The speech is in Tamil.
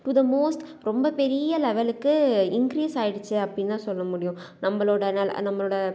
டு த மோஸட் ரொம்ப பெரிய லெவலுக்கு இன்க்ரீஸ் ஆகிடுச்சு அப்படின்தான் சொல்லமுடியும் நம்மளோட நில நம்மளோட